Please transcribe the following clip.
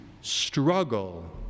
struggle